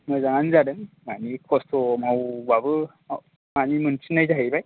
मोजाङानो जादों मानि खस्थ' मावबाबो माने मोनफिननाय जाहैबाय